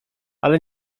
ale